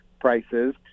prices